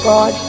God